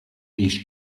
needs